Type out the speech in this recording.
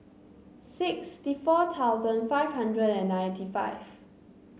sixty four thousand five hundred and ninety five